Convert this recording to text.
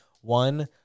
one